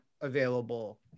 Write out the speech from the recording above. available